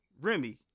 Remy